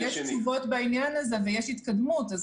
לא,